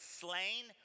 slain